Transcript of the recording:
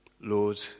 Lord